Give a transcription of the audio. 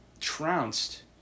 trounced